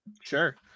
Sure